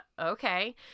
okay